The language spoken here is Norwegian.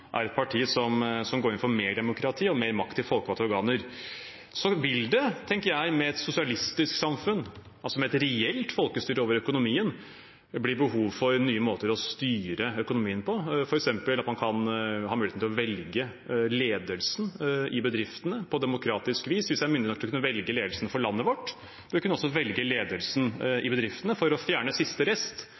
er et parti som går inn for mer demokrati og mer makt til folkevalgte organer. Med et sosialistisk samfunn, altså med et reelt folkestyre over økonomien, tenker jeg det vil bli behov for nye måter å styre økonomien på, f.eks. at man kan ha muligheten til å velge ledelsen i bedriftene på demokratisk vis. Hvis man er myndig nok til å kunne velge ledelsen for landet vårt, bør man også kunne velge ledelsen i bedriftene, for å fjerne siste rest